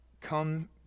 come